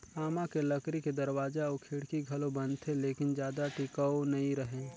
आमा के लकरी के दरवाजा अउ खिड़की घलो बनथे लेकिन जादा टिकऊ नइ रहें